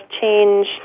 change